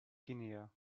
guinea